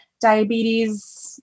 diabetes